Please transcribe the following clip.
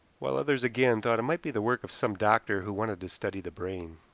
while others again thought it might be the work of some doctor who wanted to study the brain.